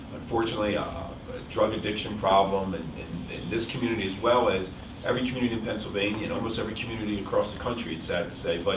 unfortunately, ah a drug addiction problem and in this community, as well as every community in pennsylvania and almost every community across the country, it's sad to say. but